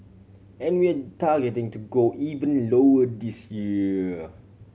and we are targeting to go even lower this year